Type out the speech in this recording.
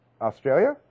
Australia